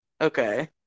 Okay